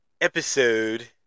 episode